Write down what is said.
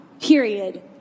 period